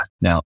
Now